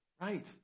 right